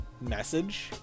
message